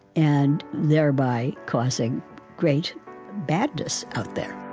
and thereby causing great badness out there